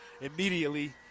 immediately